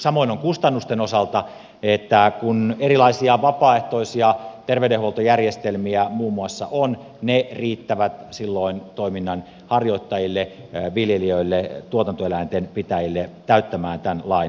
samoin on kustannusten osalta että kun erilaisia vapaaehtoisia terveydenhuoltojärjestelmiä muun muassa on ne riittävät silloin toiminnanharjoittajille viljelijöille tuotantoeläinten pitäjille täyttämään tämän lain velvoitteet